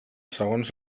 segons